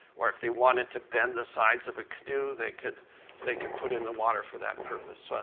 or if they wanted to bend the sides of a canoe, they could they could put in the water for that purpose.